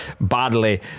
badly